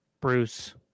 Bruce